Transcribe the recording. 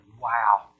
wow